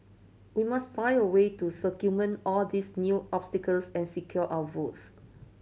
we must find a way to circumvent all these new obstacles and secure our votes